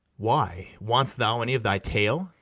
why, want'st thou any of thy tale?